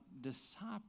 disciples